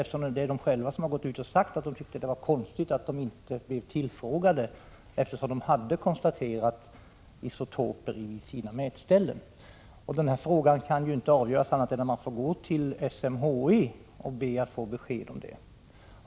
Man har själv gått ut och sagt att man tyckte det var konstigt att SMHI inte blivit tillfrågat, när man hade konstaterat isotoper på sina mätställen. Den här frågan kan inte avgöras utan att man går till SMHI och ber om besked.